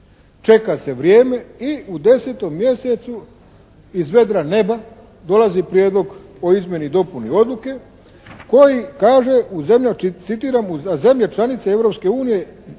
čeka se vrijeme i u 10. mjesecu iz vedra neba dolazi prijedlog o izmjeni i dopuni odluke koji kaže, citiram: "Za zemlje